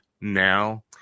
now